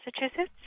Massachusetts